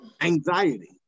anxiety